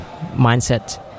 mindset